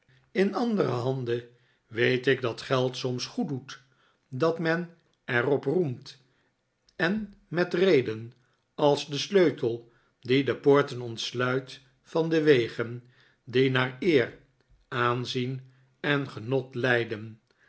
in andere handen weet ik dat geld soms goeddoet dat men er op roemt en met reden als de sleutel die de poorten ontsluit van de wegen die naar eer aanzien en genot leiden